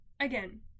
Again